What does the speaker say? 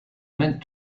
meant